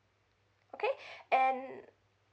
okay and